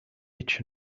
each